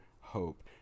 hope